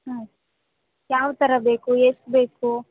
ಹಾಂ ಯಾವ ಥರ ಬೇಕು ಎಷ್ಟು ಬೇಕು